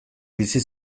bizi